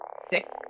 six